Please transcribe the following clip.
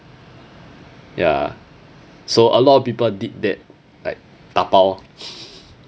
ya so a lot of people did that like 打包